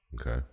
Okay